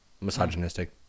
misogynistic